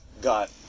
got